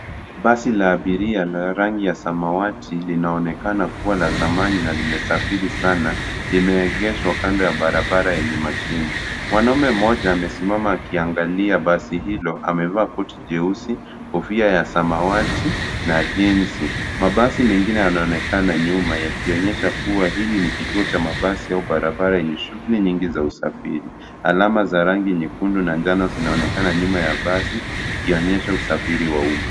Basi la abiria la rangi ya samawati linaonekana kuwa la zamani na lime safiri sana, limeegeshwa kando ya barabara yenye mashimo. Mwanaume mmoja amesimama akiangalia basi hilo, amevaa koti jeusi, kofia ya samawati na jinzi. Mabasi mengine yanaonekana nyuma yakionyesha kuwa hili ni kituo cha mabasi au barabara yenye shughuli nyingi za usafiri. Alama za rangi nyekundu na njano zinaonekana nyuma ya basi, ikionyesha usafiri wa umma.